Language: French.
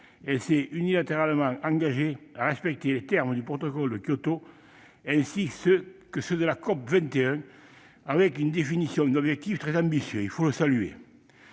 elle s'est unilatéralement engagée à respecter les termes du protocole de Kyoto, ainsi que ceux de la COP21, avec une définition d'objectifs très ambitieuse. Il faut le saluer.